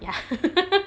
ya